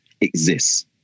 exists